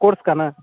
course का ना